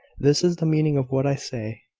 this is the meaning of what i say.